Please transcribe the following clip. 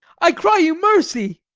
i cry you mercy.